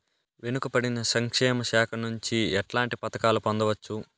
వెనుక పడిన సంక్షేమ శాఖ నుంచి ఎట్లాంటి పథకాలు పొందవచ్చు?